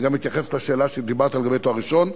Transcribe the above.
וזה מתייחס לשאלה שלך לגבי תואר ראשון.